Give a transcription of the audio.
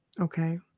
Okay